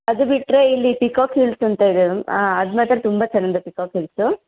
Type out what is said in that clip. ಅದು ಬಿಟ್ಟರೆ ಇಲ್ಲಿ ಪಿಕಾಕ್ ಹಿಲ್ಸ್ ಅಂತ ಇದೆ ಅದು ಮಾತ್ರ ತುಂಬ ಚೆಂದ ಪಿಕಾಕ್ ಹಿಲ್ಸ್